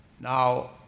Now